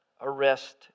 arrest